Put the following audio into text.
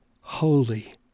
Holy